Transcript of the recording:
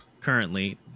currently